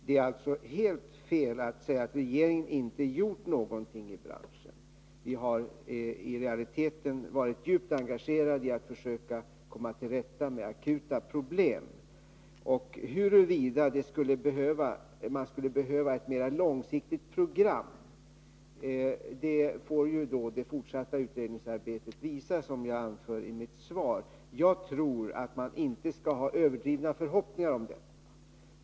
Det är alltså helt fel att säga att regeringen inte har gjort någonting i branschen. Vi har i realiteten varit djupt engagerade i att försöka komma till rätta med akuta problem. Huruvida man skulle behöva ett mer långsiktigt program får, som jag anförde i mitt svar, det fortsatta utredningsarbetet visa. Jag tror att man inte skall ha överdrivna förhoppningar om det.